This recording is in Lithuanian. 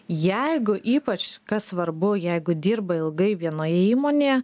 jeigu ypač kas svarbu jeigu dirba ilgai vienoje įmonėje